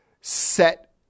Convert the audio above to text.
set